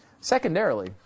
Secondarily